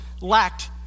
lacked